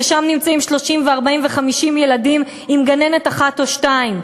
ששם נמצאים 30 ו-40 ו-50 ילדים עם גננת אחת או שתיים,